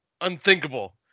unthinkable